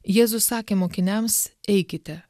jėzus sakė mokiniams eikite